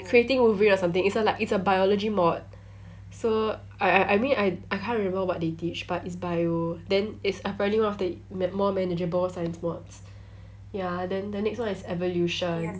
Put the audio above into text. creating wolverine or something it's a like a biology mod so I I I mean I can't remember what they teach but it's bio then it's apparently one of the m~ more manageable science mods ya then the next one is evolution